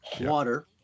water